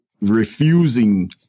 refusing